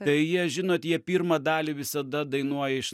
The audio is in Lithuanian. tai jie žinot jie pirmą dalį visada dainuoja iš